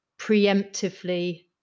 preemptively